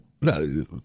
no